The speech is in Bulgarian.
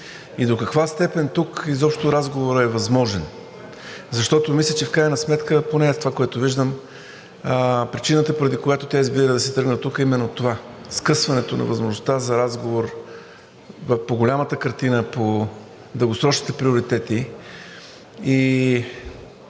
и до каква степен тук изобщо разговорът е възможен. Защото мисля, че в крайна сметка – поне това, което аз виждам – причината, поради която тя избира да си тръгне оттук, е именно това – скъсването на възможността за разговор по голямата картина, по дългосрочните приоритети.